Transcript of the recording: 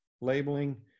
labeling